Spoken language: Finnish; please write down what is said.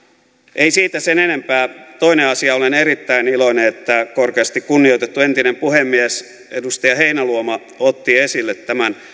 ei siitä sen enempää toinen asia olen erittäin iloinen että korkeasti kunnioitettu entinen puhemies edustaja heinäluoma otti esille tämän